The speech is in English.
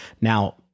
Now